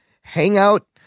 hangout